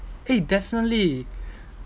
eh definitely